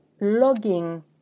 logging